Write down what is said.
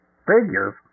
figures